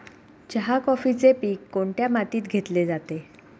चहा, कॉफीचे पीक कोणत्या मातीत घेतले जाते?